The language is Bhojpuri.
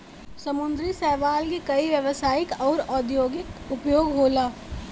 समुंदरी शैवाल के कई व्यवसायिक आउर औद्योगिक उपयोग होला